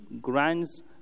grants